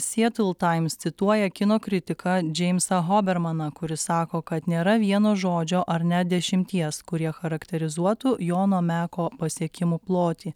seattle times cituoja kino kritiką džeimsą hobermaną kuris sako kad nėra vieno žodžio ar net dešimties kurie charakterizuotų jono meko pasiekimų plotį